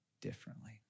differently